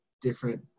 different